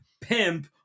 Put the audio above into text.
pimp